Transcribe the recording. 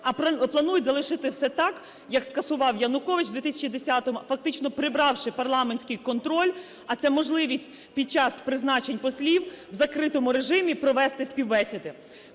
а планують залишити все так, як скасував Янукович в 2010-му, фактично прибравши парламентський контроль, а це можливість під час призначень послів в закритому режимі провести співбесіди.